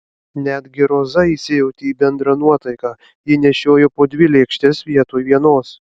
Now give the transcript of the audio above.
netgi roza įsijautė į bendrą nuotaiką ji nešiojo po dvi lėkštes vietoj vienos